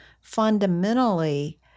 fundamentally